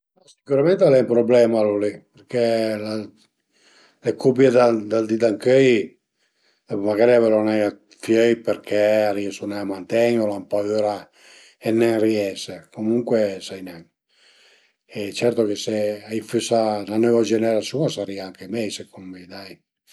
Sicürament al e ün problema lon li perché le cubie dël di d'ëncöi magari a völu nen dë fiöi perché a riesu nen a manteni o al an paüra dë nen riesi, comuncue sai nen e certo che s'a i fösa 'na növa generasiun a sarìa anche mei secund mi